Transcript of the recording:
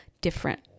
different